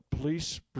police